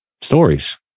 stories